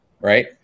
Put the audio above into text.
Right